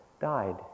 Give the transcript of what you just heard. Died